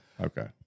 Okay